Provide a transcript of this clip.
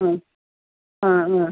ആ ആ